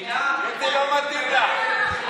זה נכון.